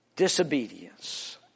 Disobedience